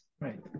right